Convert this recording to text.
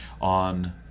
On